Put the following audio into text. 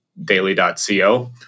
daily.co